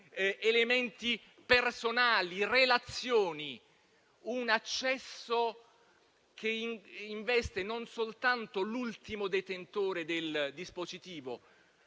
elementi personali, relazioni, che investe non soltanto l'ultimo detentore del dispositivo,